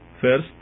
First